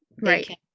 Right